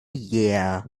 year